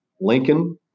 Lincoln